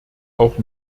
auch